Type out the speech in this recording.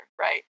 right